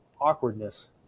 awkwardness